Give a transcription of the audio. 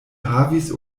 havis